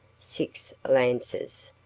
six lances,